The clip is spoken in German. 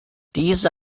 diese